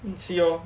need see orh